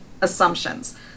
assumptions